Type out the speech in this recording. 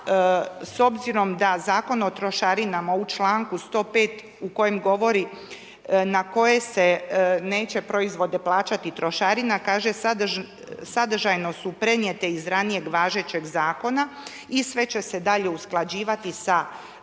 s obzirom da Zakon o trošarinama u članku 105. u kojem govori na koje se neće proizvode plaćati trošarina kaže sadržajno su prenijete iz ranijeg važećeg zakona i sve će se dalje usklađivati sa